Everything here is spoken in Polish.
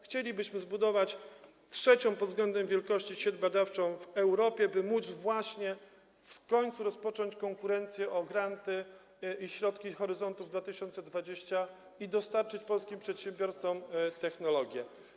Chcielibyśmy zbudować trzecią pod względem wielkości sieć badawczą w Europie, by móc właśnie w końcu rozpocząć konkurencję o granty i środki z horyzontu 2020 i dostarczyć polskim przedsiębiorcom technologie.